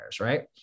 right